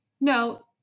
no